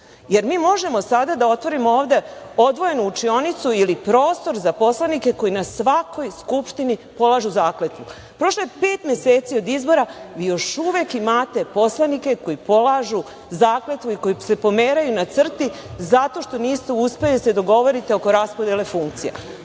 jer mi možemo sada da otvorimo ovde otvorenu učionicu ili prostor za poslanike koji na svakoj Skupštini polažu zakletvu. Prošlo je pet meseci od izbora i još uvek imate poslanike koji polažu zakletvu i koji se pomeraju na crti zato što niste uspeli da se dogovorite oko raspodele funkcija.